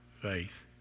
faith